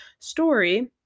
story